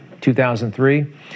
2003